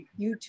YouTube